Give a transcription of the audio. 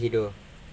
but what did he do